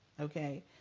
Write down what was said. okay